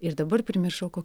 ir dabar primiršau ko